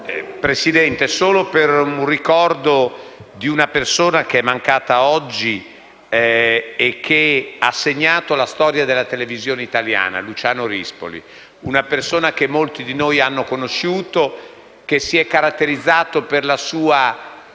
Presidente, intervengo per ricordare una persona che è mancata oggi e che ha segnato la storia della televisione italiana: Luciano Rispoli, una persona che molto di noi hanno conosciuto e che si è caratterizzata per la sua